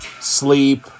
sleep